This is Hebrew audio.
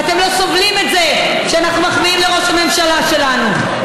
ואתם לא סובלים את זה שאנחנו מחמיאים לראש הממשלה שלנו.